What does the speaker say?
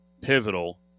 pivotal